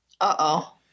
Uh-oh